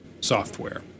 software